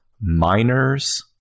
miners